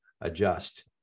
adjust